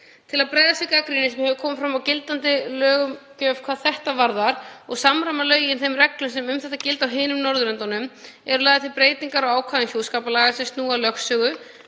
Til að bregðast við gagnrýni sem hefur komið fram á gildandi löggjöf hvað þetta varðar og samræma lögin þeim reglum sem um þetta gilda á öðrum Norðurlöndum eru lagðar til breytingar á ákvæðum hjúskaparlaga sem snúa að lögsögu